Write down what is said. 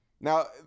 Now